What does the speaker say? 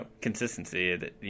consistency